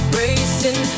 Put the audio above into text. racing